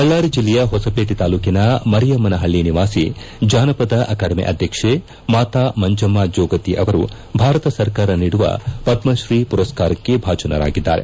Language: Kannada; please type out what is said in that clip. ಬಳ್ಳಾರಿ ಜಿಲ್ಲೆಯ ಹೊಸಪೇಟೆ ತಾಲೂಕಿನ ಮರಿಯಮನಪಳ್ಲಿ ನಿವಾಸಿ ಜಾನಪದ ಅಕಾಡೆಮಿ ಅಧ್ಯಕ್ಷೆ ಮಾತಾ ಮಂಜಮ್ನ ಜೋಗತಿ ಅವರು ಭಾರತ ಸರ್ಕಾರ ನೀಡುವ ಪದ್ಮಶ್ರೀ ಪುರಸ್ಕಾರಕ್ಷೆ ಭಾಜನರಾಗಿದ್ದಾರೆ